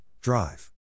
DRIVE